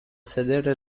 sedere